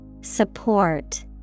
Support